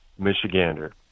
Michigander